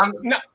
no